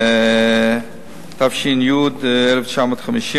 התש"י 1950,